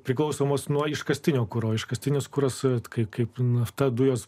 priklausomos nuo iškastinio kuro iškastinis kuras kaip nafta dujos